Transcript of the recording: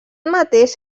mateix